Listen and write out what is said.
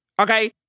Okay